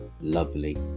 lovely